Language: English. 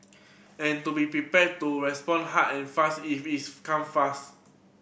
and to be prepared to respond hard and fast if it come fast